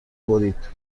برید